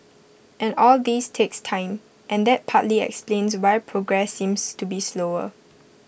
and all this takes time and that partly explains why progress seems to be slower